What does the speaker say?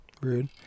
Rude